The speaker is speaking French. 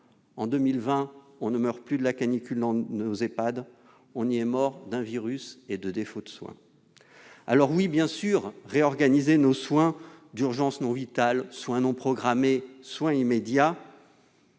En 2020, on ne meurt plus de la canicule dans nos Ehpad ; on y meurt d'un virus et d'un défaut de soins. Alors, oui, bien sûr, réorganiser nos soins d'urgence non vitale, nos soins non programmés ou immédiats,